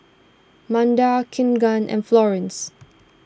Manda Keagan and Florence